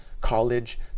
College